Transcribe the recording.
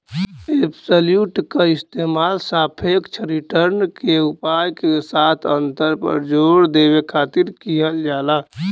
absolute क इस्तेमाल सापेक्ष रिटर्न के उपाय के साथ अंतर पर जोर देवे खातिर किहल जाला